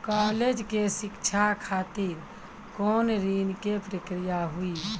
College के शिक्षा खातिर कौन ऋण के प्रक्रिया हुई?